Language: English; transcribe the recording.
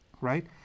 right